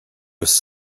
was